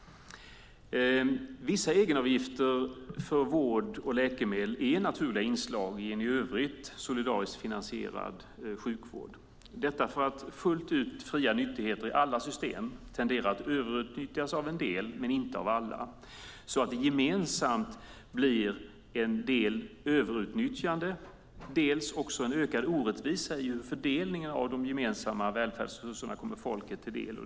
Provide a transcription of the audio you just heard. Vissa egenavgifter för vård och läkemedel är naturliga inslag i en i övrigt solidariskt finansierad sjukvård, detta för att fullt ut fria nyttigheter i alla system tenderar att överutnyttjas av en del, men inte av alla, så att det gemensamt blir dels ett överutnyttjande, dels en ökad orättvisa i fördelningen av de gemensamma välfärdsresurserna till folket.